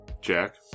Jack